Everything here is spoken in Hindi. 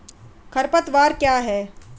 खरपतवार क्या है?